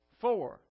Four